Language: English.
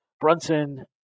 Brunson